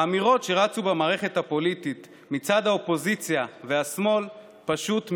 האמירות שרצו במערכת הפוליטית מצד האופוזיציה והשמאל פשוט מבישות,